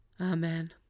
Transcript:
Amen